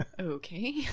Okay